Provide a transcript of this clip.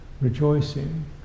rejoicing